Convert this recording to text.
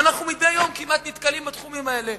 ואנחנו מדי יום כמעט נתקלים בתחומים האלה.